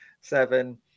Seven